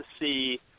see